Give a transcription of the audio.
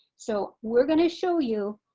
so we're gonna show you